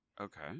Okay